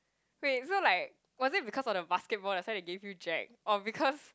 wait is not like wasn't because of the basketball that's why I give you Jack all because